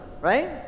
right